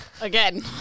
Again